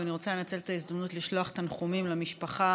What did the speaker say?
ואני רוצה לנצל את ההזדמנות לשלוח תנחומים למשפחה